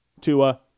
Tua